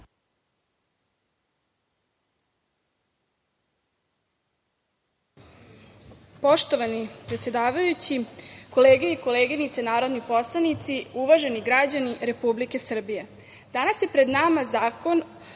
Poštovani predsedavajući, kolege i koleginice narodni poslanici, uvaženi građani Republike Srbije, danas je pred nama